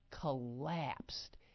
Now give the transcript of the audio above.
collapsed